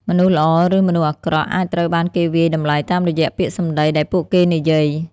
មនុស្សល្អ ឬមនុស្សអាក្រក់ អាចត្រូវបានគេវាយតម្លៃតាមរយៈពាក្យសម្ដីដែលពួកគេនិយាយ។